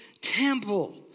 temple